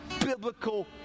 biblical